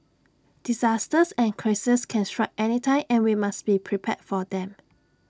disasters and crises can strike anytime and we must be prepared for them